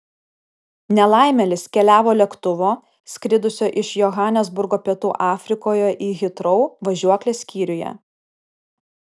nelaimėlis keliavo lėktuvo skridusio iš johanesburgo pietų afrikoje į hitrou važiuoklės skyriuje